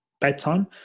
bedtime